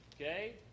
Okay